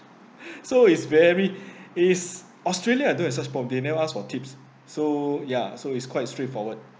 so it's very is australia I don't have such problem they never ask for tips so ya so is quite straight forward